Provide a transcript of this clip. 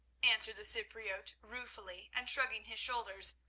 answered the cypriote ruefully, and shrugging his shoulders.